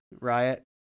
riot